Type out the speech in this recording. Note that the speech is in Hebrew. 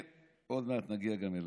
כן, עוד מעט נגיע גם אליו.